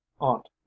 Aunt